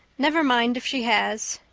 never mind if she has.